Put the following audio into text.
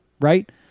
right